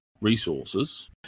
resources